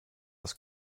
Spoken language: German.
das